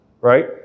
right